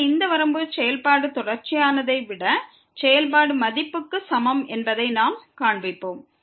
எனவே இந்த வரம்பு செயல்பாடு தொடர்ச்சியானதை விட செயல்பாடு மதிப்புக்கு சமம் என்பதை நாம் காண்பிப்போம்